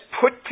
put